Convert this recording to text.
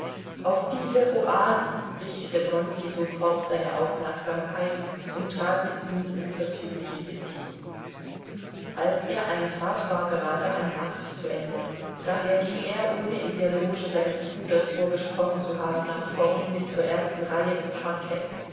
auf diese oasen richtete wronski sofort seine aufmerksamkeit und trat mit ihnen unverzüglich in beziehung als er eintrat war gerade ein akt zu ende daher ging er ohne in der loge seines bruders vorgesprochen zu haben nach vorn bis zur ersten reihe des parketts